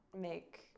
make